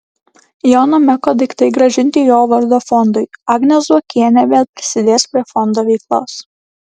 jono meko daiktai grąžinti jo vardo fondui agnė zuokienė vėl prisidės prie fondo veiklos